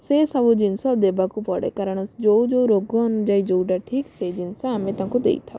ସେହି ସବୁ ଜିନିଷ ଦେବାକୁ ପଡ଼େ କାରଣ ଯେଉଁ ଯେଉଁ ରୋଗ ଅନୁଯାୟୀ ଯେଉଁଟା ଠିକ୍ ସେଇ ଜିନିଷ ଆମେ ତାଙ୍କୁ ଦେଇଥାଉ